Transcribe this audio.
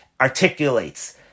articulates